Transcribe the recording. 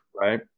right